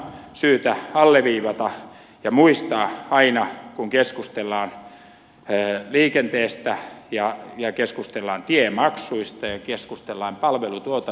tämä on syytä alleviivata ja muistaa aina kun keskustellaan liikenteestä ja keskustellaan tiemaksuista ja keskustellaan palvelutuotannosta